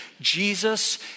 Jesus